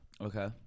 Okay